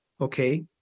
okay